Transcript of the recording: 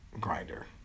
grinder